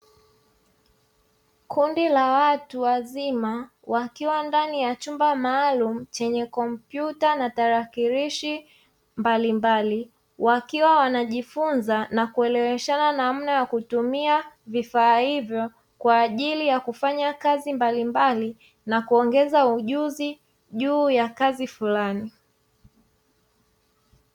Kundi la watu wazima wakiwa ndani ya chumba maalum chenye kompyuta na tarakilishi mbalimbali, wakiwa wanajifunza na kuelekezana namna ya kutumia vifaa hivyo kwaajili ya kufanya kazi mbalimbali na kuongeza ujuzi juu ya kazi fulani.